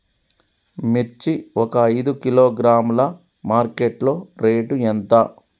మిర్చి ఒక ఐదు కిలోగ్రాముల మార్కెట్ లో రేటు ఎంత?